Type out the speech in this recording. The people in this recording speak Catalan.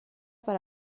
per